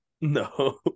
No